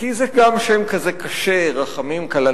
כי זה גם שם כזה קשה, רחמים כלנתר.